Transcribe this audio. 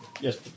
Yes